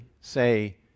say